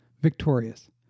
victorious